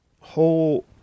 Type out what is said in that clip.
whole